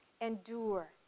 endure